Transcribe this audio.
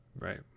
Right